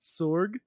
Sorg